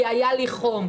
כי היה לי חום.